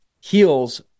heals